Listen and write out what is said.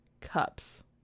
Cups